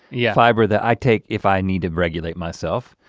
yeah. fiber that i take if i need to regulate myself,